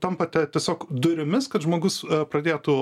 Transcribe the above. tampate tiesiog durimis kad žmogus pradėtų